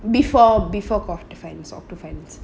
before before quarter finals octo finals